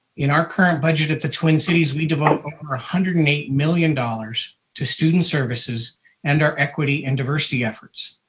in our current budget at the twin cities, we devote over one ah hundred and eight million dollars to student services and our equity and diversity efforts.